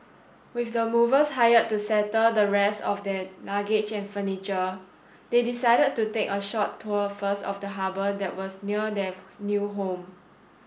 with the movers hired to settle the rest of their luggage and furniture they decided to take a short tour first of the harbour that was near their new home